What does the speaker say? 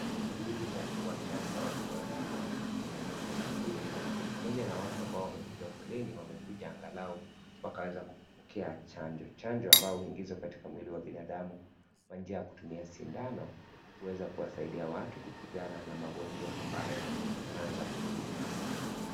Shughuli ya kuwa chanja watu wazima inaendelea hapa muuguzi pamoja na watu wengi ambao wamepiga foleni wamekuja angalau wakaweze kupokea chanjo ,chanjo ambayo huingizwa katika mwili wa binadamu kwa njia ya kutumia sindano kuweza kuwasaidia watu kupigana na magonjwa ambayo yanaweza kuzuka .